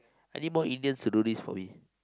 I need more Indians to do this for me